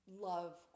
love